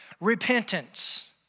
Repentance